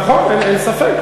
נכון, אין ספק.